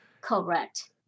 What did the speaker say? Correct